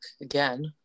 again